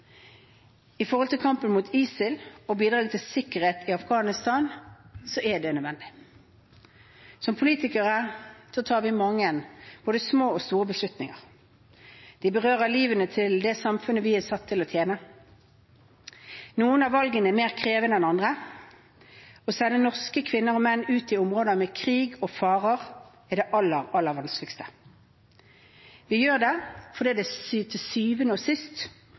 kampen mot ISIL og bidrag til sikkerhet i Afghanistan, er det nødvendig. Som politikere tar vi mange små og store beslutninger. De berører liv i det samfunn vi er satt til å tjene. Noen av valgene er mer krevende enn andre. Å sende norske kvinner og menn ut i områder med krig og farer er det aller, aller vanskeligste. Vi gjør det fordi det til syvende og sist